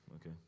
Okay